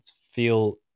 feel